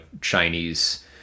chinese